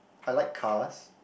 I like cars